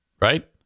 Right